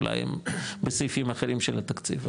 אולי הם בסעיפים אחרים של התקציב,